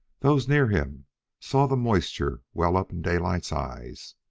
those near him saw the moisture well up in daylight's eyes.